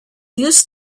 used